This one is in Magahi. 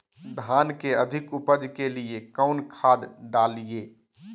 धान के अधिक उपज के लिए कौन खाद डालिय?